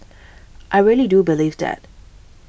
I really do believe that